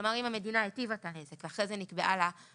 כלומר אם המדינה היטיבה את הנזק ואחרי זה נקבעה לה אחריות